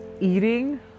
eating